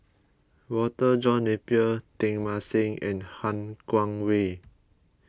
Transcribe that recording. Walter John Napier Teng Mah Seng and Han Guangwei